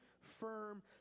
firm